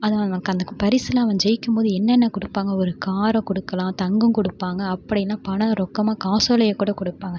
அதை அந்த பரிசுலாம் அவன் ஜெயிக்கும்போது என்னென்ன கொடுப்பாங்க ஒரு காரை கொடுக்கலாம் தங்கம் கொடுப்பாங்க அப்படின்னா பணம் ரொக்கமாக காசோலையை கூட கொடுப்பாங்க